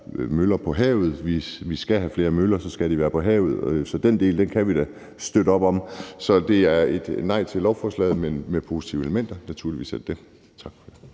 møller på havet. Skal vi have flere møller, skal de være på havet. Så den del kan vi da støtte op om. Så det er et nej til lovforslaget, men der er positive elementer; naturligvis er der det. Tak.